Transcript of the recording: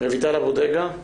רויטל אבו דגה,